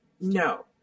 No